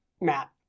Matt